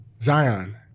Zion